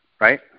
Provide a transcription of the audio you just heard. Right